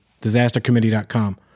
disastercommittee.com